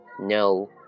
No